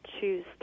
choose